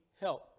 help